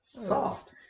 Soft